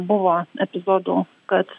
buvo epizodų kad